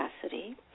capacity